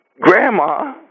Grandma